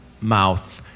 mouth